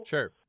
Sure